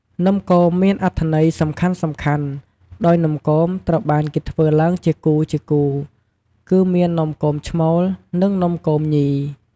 នំគមមានអត្ថន័យសំខាន់ៗដោយនំគមត្រូវបានគេធ្វើឡើងជាគូៗ គឺមាន នំគមឈ្មោល និង នំគមញី។